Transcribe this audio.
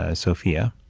ah sophia.